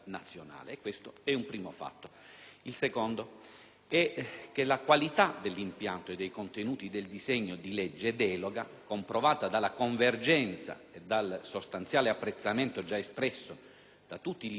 Il secondo è che la qualità dell'impianto e dei contenuti del disegno di legge delega, comprovata dalla convergenza e dal sostanziale apprezzamento già espresso da tutti i livelli di governo interessati